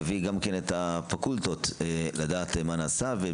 נביא גם את הפקולטות לשמוע מה נעשה ואת